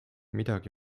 midagi